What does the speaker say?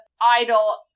idol